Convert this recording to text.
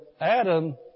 Adam